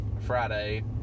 Friday